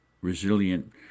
resilient